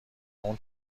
اون